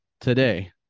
today